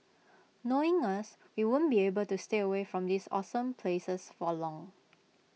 knowing us we won't be able to stay away from these awesome places for long